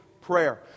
prayer